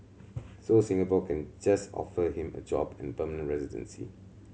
so Singapore can just offer him a job and permanent residency